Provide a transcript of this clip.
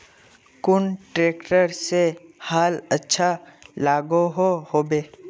कुन ट्रैक्टर से हाल अच्छा लागोहो होबे?